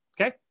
Okay